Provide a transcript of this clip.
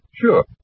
Sure